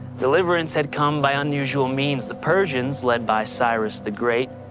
deliverance had come by unusual means. the persians, led by cyrus the great,